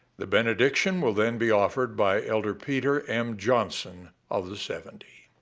the benediction will then be offered by elder peter m. johnson of the seventy.